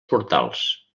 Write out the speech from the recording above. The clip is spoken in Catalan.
portals